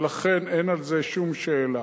ולכן אין על זה שום שאלה.